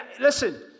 listen